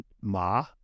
ma